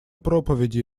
проповеди